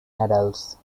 adults